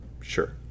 Sure